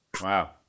Wow